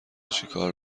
چیکار